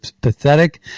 pathetic